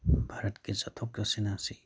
ꯚꯥꯔꯠꯀꯤ ꯆꯠꯊꯣꯛ ꯆꯠꯁꯤꯟ ꯑꯁꯤ